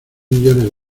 millones